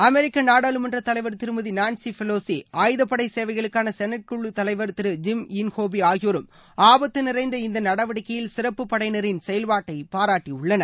அமெரிக்க நாடாளுமன்ற தலைவர் திருமதி நான்சி ஃபெலோசி ஆயுதப்படை சேவைகளுக்கான செனட் குழு தலைவர் திரு ஜிம் யின்ஹோபி ஆகியோரும் ஆபத்து நிறைந்த இந்த நடவடிக்கையில் சிறப்பு படையினரின் செயல்பாட்டை பாராட்டியுள்ளனர்